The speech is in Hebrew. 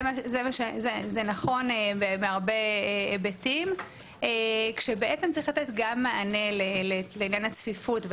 זה נכון מהרבה היבטים כשבעצם צריך לתת גם מענה לעניין הצפיפות.